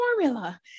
formula